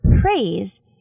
praise